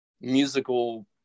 musical